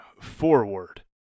forward